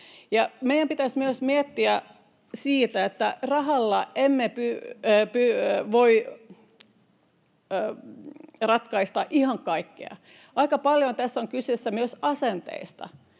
Meidän pitäisi myös miettiä sitä, että rahalla emme voi ratkaista ihan kaikkea. Aika paljon tässä on kyse myös asenteista.